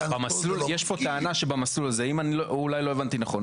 יש פה טענה שבמסלול הזה, אולי לא הבנתי נכון.